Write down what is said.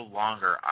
longer